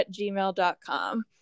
gmail.com